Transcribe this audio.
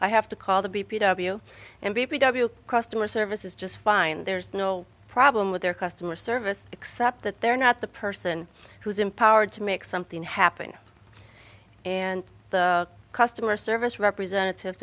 i have to call the b p w n b b w customer service is just fine there's no problem with their customer service except that they're not the person who is empowered to make something happen and the customer service representative